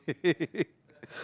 and stick